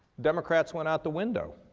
democrats went out the window.